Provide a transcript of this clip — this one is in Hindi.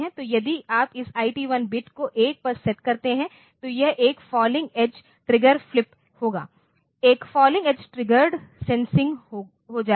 तो यदि आप इस IT1 बिट को 1 पर सेट करते हैं तो यह एक फॉलिंग एज ट्रिगर फ्लिप होगा एक फॉलिंग एज ट्रिगर्ड सेंसिंग हो जाएगा